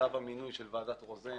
כתב המינוי של ועדת רוזן